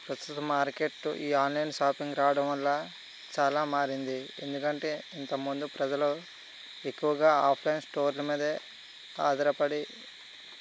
ప్రస్తుత మార్కెట్ ఈ online shopping రావడం వల్ల చాలా మారింది ఎందుకంటే ఇంతకుముందు ప్రజలు ఎక్కువగా ఆఫ్లైన్ స్టోర్ల మీద ఆధారపడి